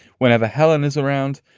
whenever helen is around,